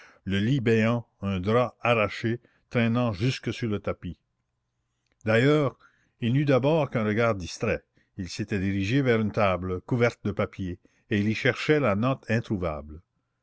le lit béant un drap arraché traînant jusque sur le tapis d'ailleurs il n'eut d'abord qu'un regard distrait il s'était dirigé vers une table couverte de papiers et il y cherchait la note introuvable